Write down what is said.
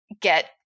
get